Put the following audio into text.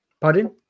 pardon